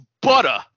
butter